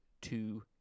two